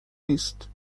نیست